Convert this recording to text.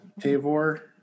Tavor